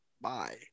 bye